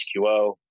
HQO